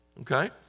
Okay